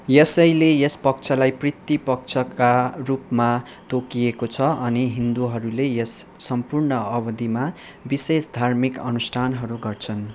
यसैले यस पक्षलाई पितृ पक्षका रूपमा तोकिएको छ अनि हिन्दूहरूले यस सम्पूर्ण अवधिमा विशेष धार्मिक अनुष्ठानहरू गर्छन्